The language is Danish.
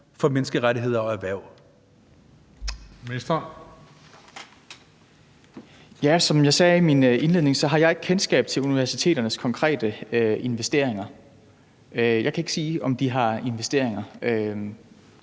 forskningsministeren (Jesper Petersen): Som jeg sagde i min indledning, har jeg ikke kendskab til universiteternes konkrete investeringer. Jeg kan ikke sige, om de har investeringer